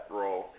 role